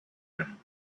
him